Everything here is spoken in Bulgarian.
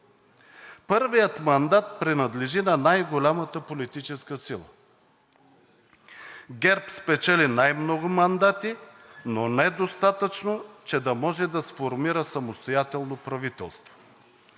Първият мандат принадлежи на най-голямата политическа сила. ГЕРБ спечели най много мандати, но недостатъчно, че да може да сформира самостоятелно правителство.